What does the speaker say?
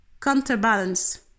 counterbalance